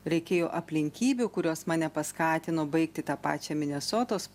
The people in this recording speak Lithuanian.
reikėjo aplinkybių kurios mane paskatino baigti tą pačia minesotos